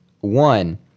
One